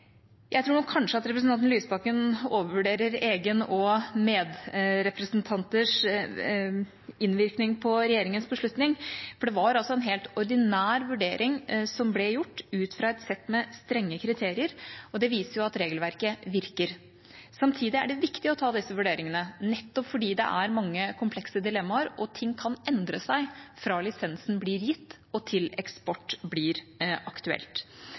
Jeg tror nok kanskje at representanten Lysbakken overvurderer egen og medrepresentanters innvirkning på regjeringas beslutning, for det var altså en helt ordinær vurdering som ble gjort, ut fra et sett med strenge kriterier, og det viser jo at regelverket virker. Samtidig er det viktig å ta disse vurderingene, nettopp fordi det er mange komplekse dilemmaer, og ting kan endre seg fra lisensen blir gitt, og til eksport blir aktuelt.